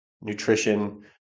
nutrition